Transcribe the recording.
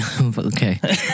Okay